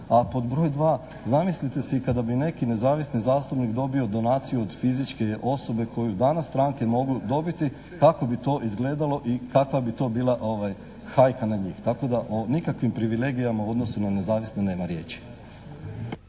a pod broj dva zamislite si i kada bi neki nezavisni zastupnik dobio donaciju od fizičke osobe koju danas stranke mogu dobiti kako bi to izgledalo i kakva bi to bila hajka na njih, tako da o nikakvim privilegijama u odnosu na nezavisne nema riječi.